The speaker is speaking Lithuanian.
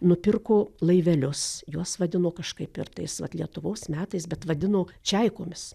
nupirko laivelius juos vadino kažkaip ir tais vat lietuvos metais bet vadino čaikomis